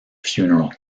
funeral